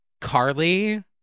Carly